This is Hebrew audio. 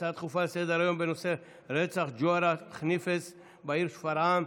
הצעה דחופה לסדר-היום בנושא: רצח ג'והרה חניפס בעיר שפרעם,